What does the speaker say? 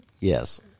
Yes